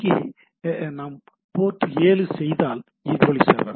இங்கே போல நாம் போர்ட் 7 செய்தால் எதிரொலி சர்வர்